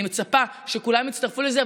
אני מצפה שכולם יצטרפו לזה,